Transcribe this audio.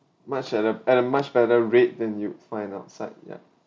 much at a at a much better rate than you'd find outside ya